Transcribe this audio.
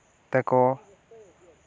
ᱛᱮᱠᱚ